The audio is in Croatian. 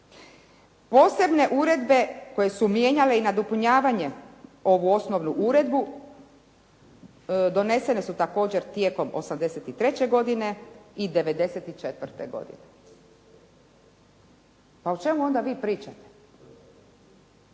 Posebne uredbe koje su mijenjale i nadopunjavale ovu osnovnu uredbu donesene su također tijekom 83. godine i 94. godine. Pa o čemu onda vi pričate?